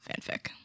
fanfic